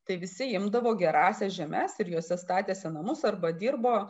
tai visi imdavo gerąsias žemes ir jose statėsi namus arba dirbo